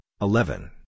eleven